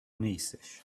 نیستش